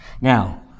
Now